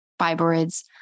fibroids